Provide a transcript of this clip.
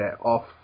off